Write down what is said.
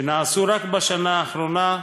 שנעשו רק בשנה האחרונה,